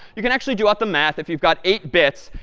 you can actually do out the math. if you've got eight bits,